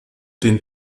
den